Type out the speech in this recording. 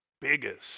biggest